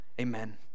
amen